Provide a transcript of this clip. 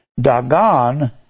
Dagon